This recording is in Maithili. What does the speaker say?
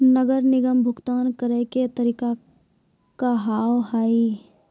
नगर निगम के भुगतान करे के तरीका का हाव हाई?